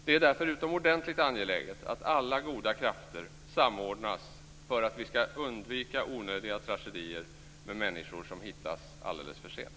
Det är därför utomordentligt angeläget att alla goda krafter samordnas för att vi skall undvika onödiga tragedier med människor som hittas alldeles för sent.